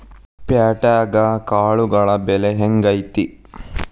ಪ್ಯಾಟ್ಯಾಗ್ ಕಾಳುಗಳ ಬೆಲೆ ಹೆಂಗ್ ಐತಿ?